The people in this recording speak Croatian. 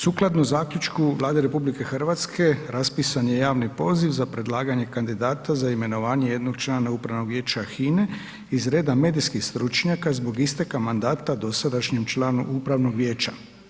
Sukladno zaključku Vlade RH raspisan je javni poziv za predlaganje kandidata za imenovanje jednog člana Upravnog vijeća Hine iz reda medijskih stručnjaka zbog isteka mandata dosadašnjem članu upravnog vijeća.